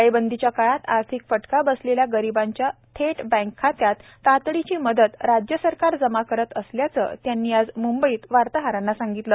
टाळेबंदीच्या काळात आर्थिक फटका बसलेल्या गरीबांच्या थेट बँक खात्यात तातडीची मदत राज्य सरकार जमा करत असल्याचं त्यांनी आज मुंबईत वार्ताहरांना सांगितलं